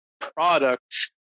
products